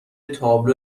تابلو